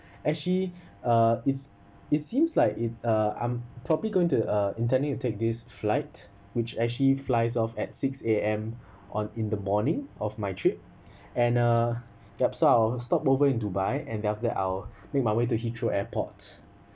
actually uh it's it seems like it uh um probably going to uh intending to take this flight which actually flies off at six A_M on in the morning of my trip and uh yup so I'll stopover in dubai and then after that I'll make my way to heathrow airport